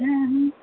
हूँ हूँ